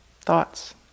thoughts